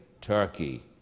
Turkey